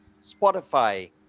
Spotify